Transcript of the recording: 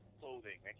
clothing